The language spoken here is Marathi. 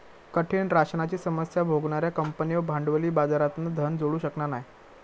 कठीण राशनाची समस्या भोगणार्यो कंपन्यो भांडवली बाजारातना धन जोडू शकना नाय